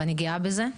ואני גאה בזה.